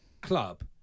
club